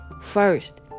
first